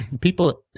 people